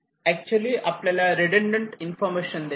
actually आपल्याला redundant information देते